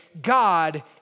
God